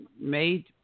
made